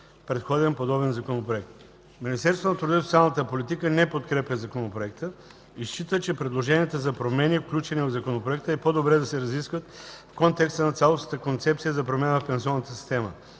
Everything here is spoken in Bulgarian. предходен подобен законопроект. Министерството на труда и социалната политика не подкрепя законопроекта и счита, че предложенията за промени, включени в законопроекта, е по-добре да се разискват в контекста на цялостната концепция за промени в пенсионната система.